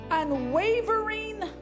Unwavering